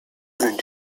sind